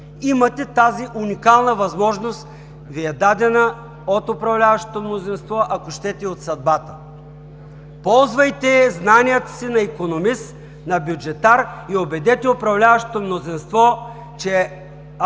Имате тази уникална възможност, която Ви е дадена от управляващото мнозинство, ако щете и от съдбата. Ползвайте знанията си на икономист, на бюджетар и убедете управляващото мнозинство, че абсолютно